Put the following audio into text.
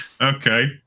okay